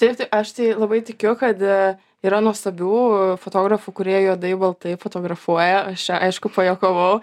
taip tai aš tai labai tikiu kad yra nuostabių fotografų kurie juodai baltai fotografuoja aš čia aišku pajuokavau